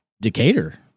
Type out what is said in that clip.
Decatur